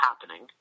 happening